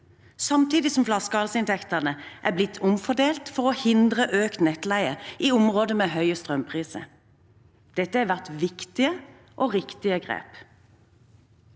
samtidig som flaskehalsinntektene er blitt omfordelt for å hindre økt nettleie i områder med høye strømpriser. Dette har vært viktige og riktige grep.